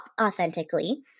authentically